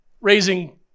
Raising